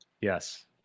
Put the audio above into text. yes